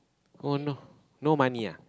oh no no money ah